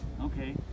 Okay